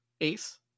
ace